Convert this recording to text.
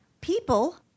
People